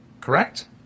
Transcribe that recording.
correct